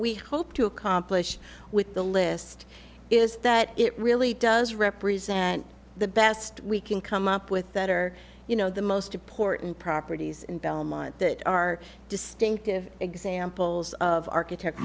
we hope to accomplish with the list is that it really does represent the best we can come up with that are you know the most important properties in belmont that are distinctive examples of architect